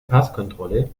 passkontrolle